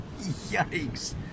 Yikes